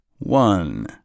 One